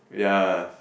ya